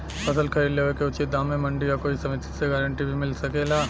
फसल खरीद लेवे क उचित दाम में मंडी या कोई समिति से गारंटी भी मिल सकेला?